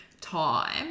time